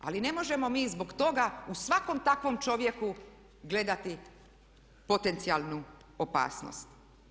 Ali ne možemo mi zbog toga u svakom takvom čovjeku gledati potencijalnu opasnost.